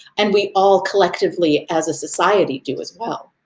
and we all, collectively as a society, do as well.